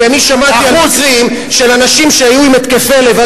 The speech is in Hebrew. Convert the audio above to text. כי אני שמעתי על מקרים של אנשים שהיו להם התקפי לב,